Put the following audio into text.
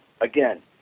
Again